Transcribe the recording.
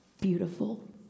beautiful